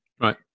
right